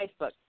Facebook